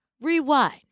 rewind